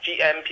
GMP